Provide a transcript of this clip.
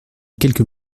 quelques